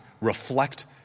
reflect